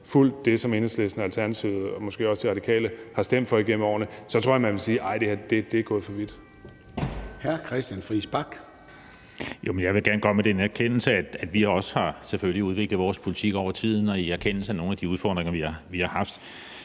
fulgt det, som Enhedslisten og Alternativet og måske også De Radikale har stemt for gennem årene, så tror jeg, man ville sige: Arh, det her er gået for vidt.